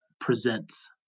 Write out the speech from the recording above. presents